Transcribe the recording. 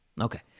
Okay